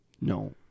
No